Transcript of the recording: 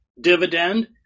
dividend